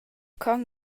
con